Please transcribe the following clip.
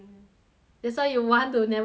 that's why you want to never 变肥 right